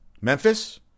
Memphis